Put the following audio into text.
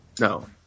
No